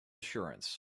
assurance